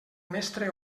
mestre